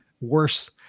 worse